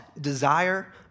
desire